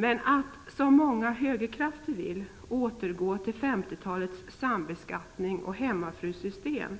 Men att, som många högerkrafter vill, återgå till 50-talets sambeskattning och hemmafrusystem